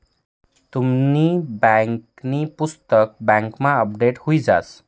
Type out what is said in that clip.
तुमनी बँकांनी पुस्तक बँकमा अपडेट हुई जास